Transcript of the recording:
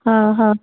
हा हा